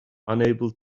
unable